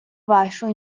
вашу